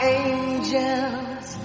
angels